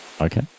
okay